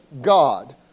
God